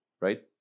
right